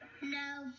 No